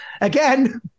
again